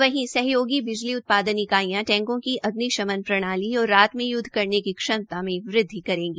वहीं सहयोगी बिजली उत्पादन इकाइयां टैंको की अग्नि शमन प्रणाली और रात में युदव करने की क्षमता में वृद्वि करेगी